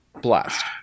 blast